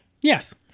Yes